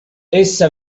essa